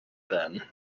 then